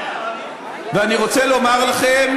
ואני רוצה לומר לכם: